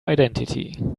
identity